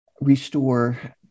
restore